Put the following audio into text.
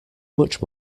much